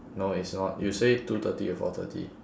no it's not you say two thirty to four thirty